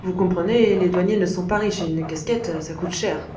vous comprenez les douaniers ne sont pas riches et une casquette ça coûte cher